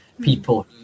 people